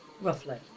roughly